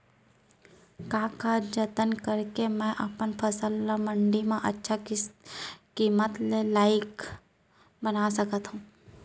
का का जतन करके मैं अपन फसल ला मण्डी मा अच्छा किम्मत के लाइक बना सकत हव?